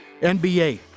NBA